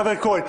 חבר הכנסת כהן,